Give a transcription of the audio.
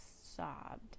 sobbed